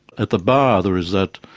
at the bar there is that,